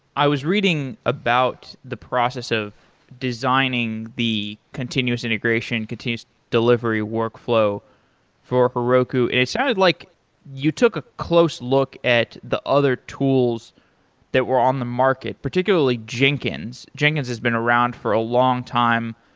i was reading about the process of designing the continuous integration, continuous delivery workflow for heroku. and it sounded like you took a close look at the other tools that were on the market, particularly jenkins. jenkins has been around for a longtime.